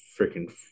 freaking